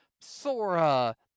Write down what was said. Sora